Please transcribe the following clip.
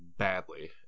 Badly